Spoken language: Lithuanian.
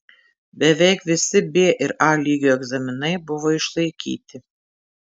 beveik visi b ir a lygio egzaminai buvo išlaikyti